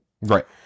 Right